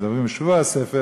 ומדברים על שבוע הספר,